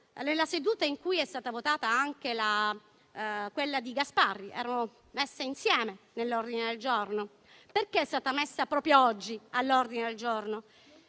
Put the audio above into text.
stessa seduta in cui è stata votata la proposta di Gasparri? Erano insieme nell'ordine del giorno. Perché è stata messa proprio oggi all'ordine del giorno?